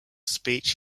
speech